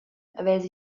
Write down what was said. havess